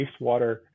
wastewater